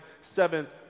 seventh